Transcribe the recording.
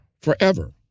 forever